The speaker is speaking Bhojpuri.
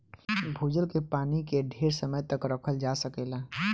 भूजल के पानी के ढेर समय तक रखल जा सकेला